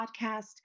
podcast